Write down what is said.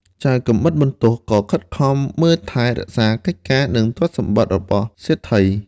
ចៅកាំបិតបន្ទោះក៏ខិតខំមើលថែរក្សាកិច្ចការ និងទ្រព្យសម្បត្តិរបស់សេដ្ឋី។